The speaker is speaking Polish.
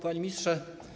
Panie Ministrze!